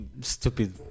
stupid